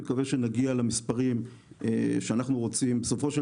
אני מקווה שנגיע למספרים שאנחנו רוצים בסופו של